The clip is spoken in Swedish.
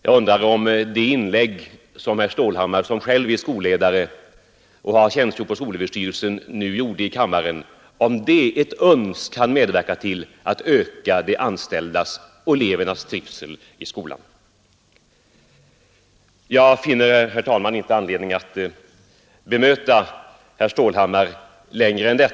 Jag undrar om det inlägg herr Stålhammar, som själv är skolledare och har tjänstgjort på skolöverstyrelsen, nu gjorde i kammaren ett uns kan medverka till att öka de anställdas och elevernas trivsel i skolan. Jag finner, herr talman, inte anledning att bemöta herr Stålhammar längre än så.